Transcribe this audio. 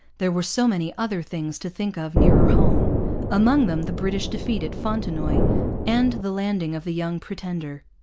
there were so many other things to think of nearer home among them the british defeat at fontenoy and the landing of the young pretender.